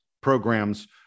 programs